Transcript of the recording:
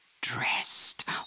dressed